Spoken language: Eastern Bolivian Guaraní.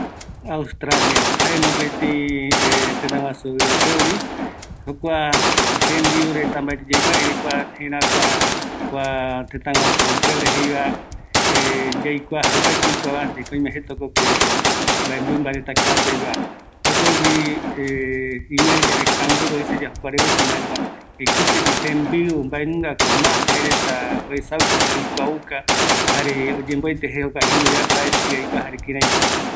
Jae mopetï tëtäguaju jëräküa yaeva, ëreï mïmbareta kaa rupigua retare, jaereta jembiu ikavigue yaesava mbaetɨ aikua, jare jau jokotɨgua tembiu, oïmeko aipo jaereta ojaete jeegatu supeva reta